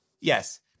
yes